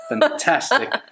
fantastic